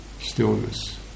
stillness